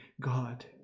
God